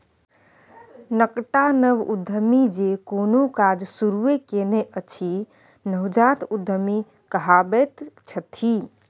एकटा नव उद्यमी जे कोनो काज शुरूए केने अछि नवजात उद्यमी कहाबैत छथि